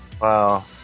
Wow